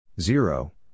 zero